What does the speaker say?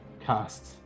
cast